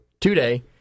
today